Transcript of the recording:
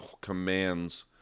commands